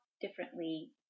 differently